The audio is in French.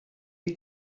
est